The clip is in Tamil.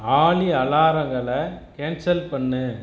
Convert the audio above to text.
ஆலி அலாரங்களை கேன்சல் பண்ணு